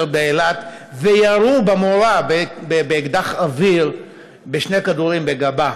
באילת וירו במורה באקדח אוויר בשני כדורים בגבה.